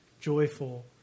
joyful